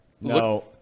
No